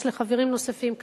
יש גם לחברים נוספים כאן.